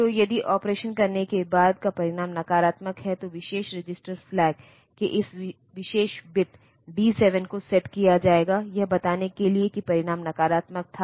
तो यदि ऑपरेशन करने के बाद का परिणाम नकारात्मक है तो विशेष रजिस्टर फ्लैग के इस विशेष बिट डी 7 को सेट किया जाएगा यह बताने के लिए कि परिणाम नकारात्मक था